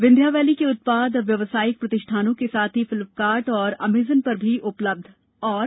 Vindhya valley के उत्पाद अब व्यावसायिक प्रतिष्ठानों के साथ ही फिलपकाटॅ और अमेजोन पर भी उपलब्ध होंगे